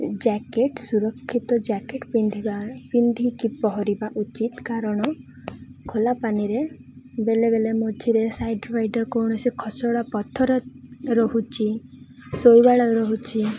jacket ସୁରକ୍ଷିତ jacket ପିନ୍ଧିବା ପିନ୍ଧିକି ପହଁରିବା ଉଚିତ୍ କାରଣ ଖୋଲାପାଣିରେ ବେଳେ ବେଳେ ମଝିରେ ସାଇଡ଼୍ ବାଇଡ଼୍ରେ କୌଣସି ଖସଡ଼ା ପଥର ରହୁଛି ଶୈବାଳ ରହୁଛିି